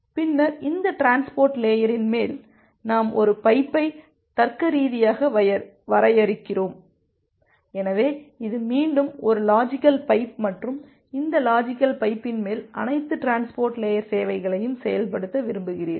பின்னர் இந்த டிரான்ஸ்போர்ட் லேயரின் மேல் நாம் ஒரு பைப்பை தர்க்கரீதியாக வரையறுக்கிறோம் எனவே இது மீண்டும் ஒரு லாஜிக்கல் பைப் மற்றும் இந்த லாஜிக்கல் பைப்பின் மேல் அனைத்து டிரான்ஸ்போர்ட் லேயர் சேவைகளையும் செயல்படுத்த விரும்புகிறீர்கள்